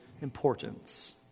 importance